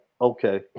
okay